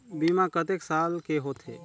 बीमा कतेक साल के होथे?